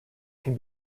can